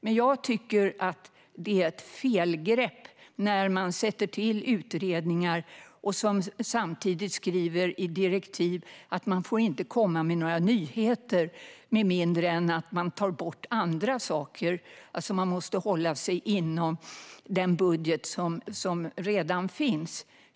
Men jag tycker att det är ett felgrepp när regeringen sätter till utredningar och samtidigt skriver i direktiv att man inte får komma med några nyheter med mindre än att man tar bort andra saker, alltså att man måste hålla sig inom den budget som redan finns.